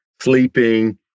sleeping